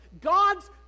God's